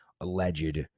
alleged